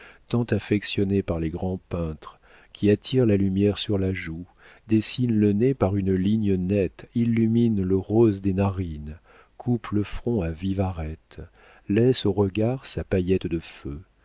tant affectionné par les grands peintres qui attire la lumière sur la joue dessine le nez par une ligne nette illumine le rose des narines coupe le front à vive arête laisse au regard sa paillette de feu